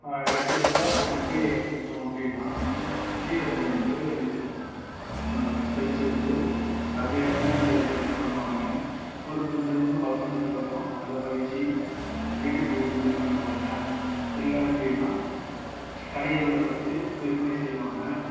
எடுத்துக்காட்டாக ஒரு கீரையை எடுத்துக்கிட்டோம் அப்படின்னா கீரை விதைய வந்து தெளிச்சி விட்டு அதுலேருந்து பயிர் பண்ணுவாங்கள் ஒரு குறிப்பிட்ட அளவுக்கு வளர்ந்து வந்ததுக்கு அப்புறம் அதை பறித்து வீட்டுக்கு யூஸ் பண்ணிப்பாங்கள் இல்லை அப்படின்னா கடைகள்ல கொடுத்து விற்பனை செய்வாங்கள்